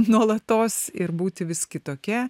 nuolatos ir būti vis kitokia